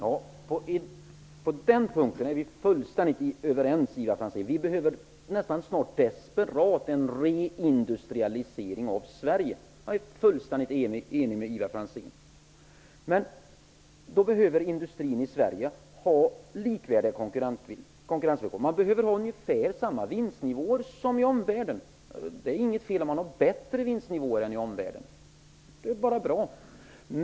Herr talman! På den punkten är vi fullständigt överens, Ivar Franzén. Vi behöver nästan desperat en reindustrialisering av Sverige. Jag är fullständigt ense med Ivar Franzén. Då behöver industrin i Sverige ha likvärdiga konkurrensvillkor och ungefär samma vinstnivåer som omvärlden. Det är inget fel om man har högre vinstnivåer än omvärlden. Det är bara bra.